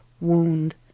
wound